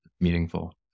meaningful